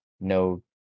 no